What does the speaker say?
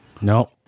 No